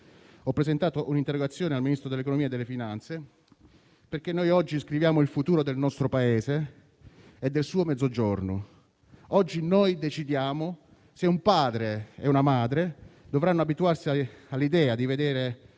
ho presentato un'interrogazione al Ministro dell'economia e delle finanze, perché oggi scriviamo il futuro del nostro Paese e del suo Mezzogiorno. Oggi decidiamo se un padre e una madre dovranno abituarsi all'idea di crescere